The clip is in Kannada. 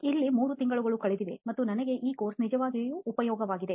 ಇಲ್ಲಿ ಮೂರು ತಿಂಗಳುಗಳು ಕಳೆದಿವೆ ಮತ್ತು ನನಗೆ ಈ course ನಿಜವಾಗಿಯೂ ಉಪಯೋಗವಾಗಿದೆ